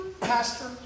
pastor